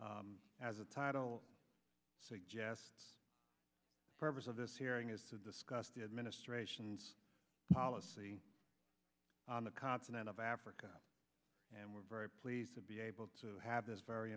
as a title suggests the purpose of this hearing is to discuss the administration's policy on the continent of africa and we're very pleased to be able to have this very